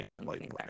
Lightning